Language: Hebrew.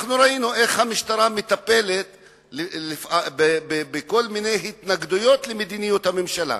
ראינו איך המשטרה מטפלת בכל מיני התנגדויות למדיניות הממשלה,